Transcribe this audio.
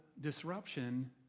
disruption